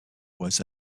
was